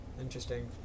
Interesting